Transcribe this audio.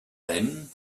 then